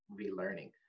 relearning